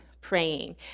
praying